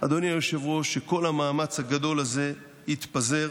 אדוני היושב-ראש, שכל המאמץ הגדול הזה התפזר.